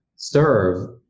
serve